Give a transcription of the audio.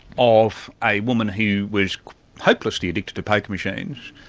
of a woman who was hopelessly addicted to poker machines,